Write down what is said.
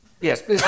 Yes